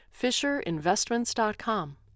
FisherInvestments.com